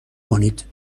کنید